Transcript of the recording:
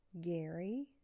Gary